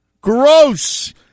Gross